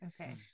Okay